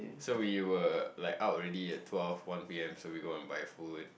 so we were like out already ah twelve one P_M so we go and buy food